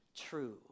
true